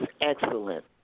excellent